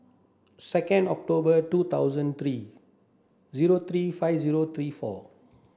second October two thousand three zero three five zero three four